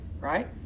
right